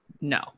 No